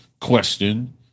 question